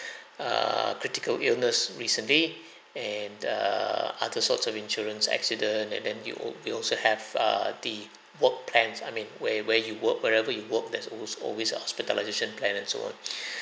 err critical illness recently and err other sorts of insurance accident and then you you also have err the work plans I mean where where you work wherever you work there's almost always a hospitalization plan and so on